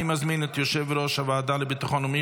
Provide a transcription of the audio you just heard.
אני מזמין את יושב-ראש הוועדה לביטחון לאומי